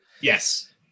Yes